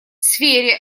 сфере